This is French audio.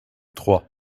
trois